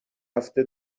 هفته